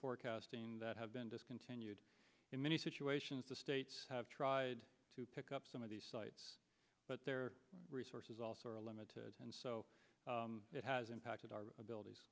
forecasting that have been discontinued in many situations the states have tried to pick up some of these sites but their resources also are limited and so it has impacted our abilit